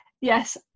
Yes